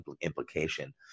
implication